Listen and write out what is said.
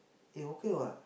eh okay what